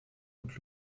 und